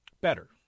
better